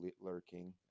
lurking